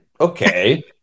Okay